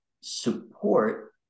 support